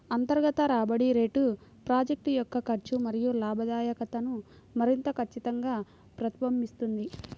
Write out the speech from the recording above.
అంతర్గత రాబడి రేటు ప్రాజెక్ట్ యొక్క ఖర్చు మరియు లాభదాయకతను మరింత ఖచ్చితంగా ప్రతిబింబిస్తుంది